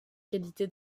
qualité